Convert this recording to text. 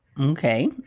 Okay